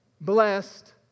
blessed